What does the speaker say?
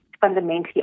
fundamentally